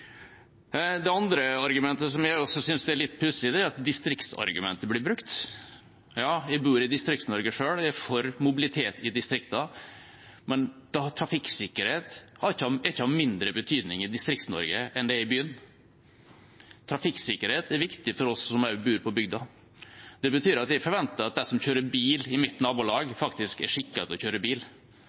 som jeg også synes er litt pussig, er at distriktsargumentet blir brukt. Jeg bor i Distrikts-Norge selv. Jeg er for mobilitet i distriktene, men trafikksikkerhet er ikke av mindre betydning i Distrikts-Norge enn det er i byen. Trafikksikkerhet er viktig også for oss som bor på bygda. Jeg forventer at de som kjører bil i mitt nabolag, faktisk er skikket til å kjøre bil.